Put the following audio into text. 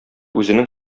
үзенең